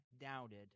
doubted